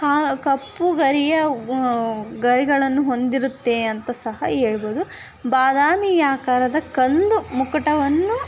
ಕಾ ಕಪ್ಪು ಗರಿಯ ಗರಿಗಳನ್ನು ಹೊಂದಿರುತ್ತೆ ಅಂತ ಸಹ ಹೇಳ್ಬೋದು ಬಾದಾಮಿ ಆಕಾರದ ಕಂದು ಮುಕುಟವನ್ನು